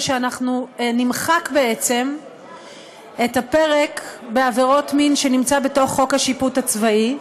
זה שאנחנו נמחק בעצם את הפרק בעבירות מין שנמצא בתוך חוק השיפוט הצבאי,